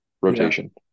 rotation